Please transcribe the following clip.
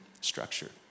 structure